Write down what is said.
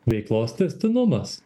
veiklos tęstinumas